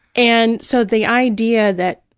and so the idea that,